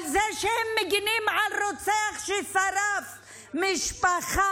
על זה שהם מגינים על רוצח ששרף משפחה,